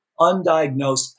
undiagnosed